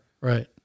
Right